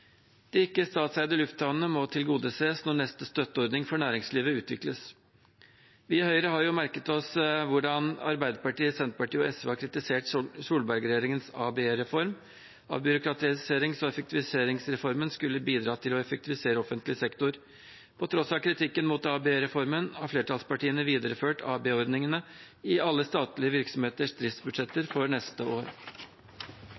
De ikke statlig eide lufthavnene må tilgodeses når neste støtteordning for næringslivet utvikles. Vi i Høyre har merket oss hvordan Arbeiderpartiet, Senterpartiet og SV har kritisert Solberg-regjeringens ABE-reform. Avbyråkratiserings- og effektiviseringsreformen skulle bidra til å effektivisere offentlig sektor. På tross av kritikken mot ABE-reformen har flertallspartiene videreført ABE-ordningene i alle statlige virksomheters driftsbudsjetter